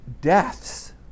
deaths